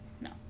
No